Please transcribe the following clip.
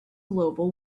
global